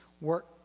work